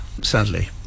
sadly